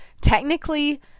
Technically